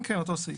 כן, אותו סעיף.